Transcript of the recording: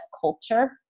culture